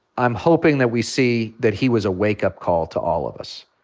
i'm hoping that we see that he was a wake-up call to all of us.